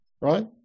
right